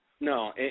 No